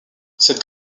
cette